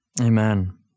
Amen